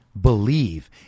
believe